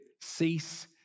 Cease